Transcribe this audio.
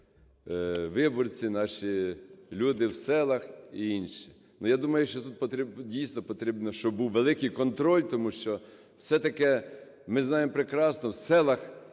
виборці, наші люди в селах і інші. Але я думаю, що тут, дійсно, потрібно, щоб був великий контроль. Тому що все-таки ми знаємо прекрасно, в селах